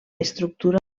estructura